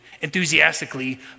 enthusiastically